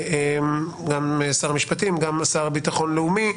עם שר המשפטים וגם עם השר לביטחון לאומי,